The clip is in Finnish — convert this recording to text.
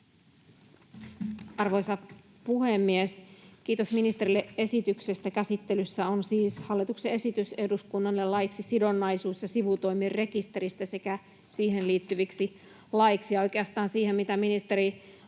Arvoisa puhemies! Kiitos ministerille esityksestä. — Käsittelyssä on siis hallituksen esitys eduskunnalle laiksi sidonnaisuus- ja sivutoimirekisteristä sekä siihen liittyviksi laeiksi, ja oikeastaan siihen, mitä, ministeri,